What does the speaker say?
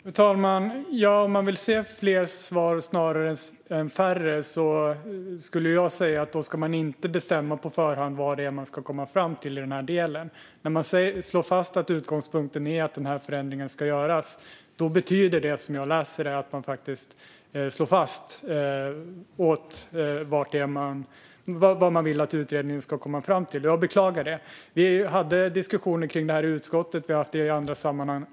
Fru talman! Om man vill se fler svar snarare än färre skulle jag säga att man inte ska bestämma på förhand vad utredningen ska komma fram till i den här delen. När man slår fast att utgångspunkten är att denna förändring ska göras betyder det, som jag läser det, att man slår fast vad man vill att utredningen ska komma fram till. Jag beklagar detta. Vi hade diskussioner om detta i utskottet, och vi har haft det även i andra sammanhang.